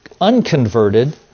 unconverted